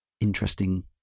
interesting